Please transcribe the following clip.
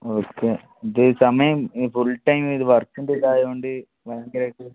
okay ഇത് സമയം full time ഇത് വർക്കിൻ്റെ ഇതായതുകൊണ്ട് ഭയങ്കരമായിട്ട്